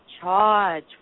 charge